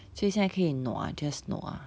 所以现在可以 nua just nua